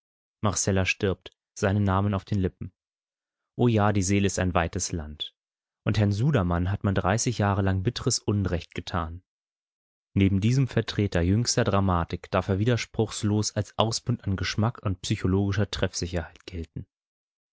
stirbt seinen namen auf den lippen o ja die seele ist ein weites land und herrn sudermann hat man dreißig jahre lang bitteres unrecht getan neben diesem vertreter jüngster dramatik darf er widerspruchslos als ausbund an geschmack und psychologischer treffsicherheit gelten